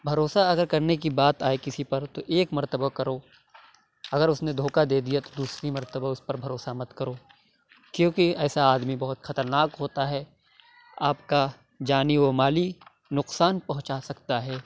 بھروسہ اگر کرنے کی بات آئے کسی پر تو ایک مرتبہ کرو اگر اُس نے دھوکہ دے دیا تو دوسری مرتبہ اُس پر بھروسہ مت کرو کیوں کہ ایسا آدمی بہت خطرناک ہوتا ہے آپ کا جانی و مالی نقصان پہونچا سکتا ہے